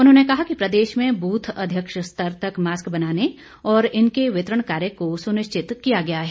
उन्होंने कहा कि प्रदेश में बूथ अध्यक्ष स्तर तक मास्क बनाने और इनके वितरण कार्य को सुनिश्चत किया गया है